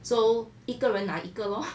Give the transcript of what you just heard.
so 一个人拿一个 lor